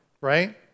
right